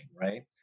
right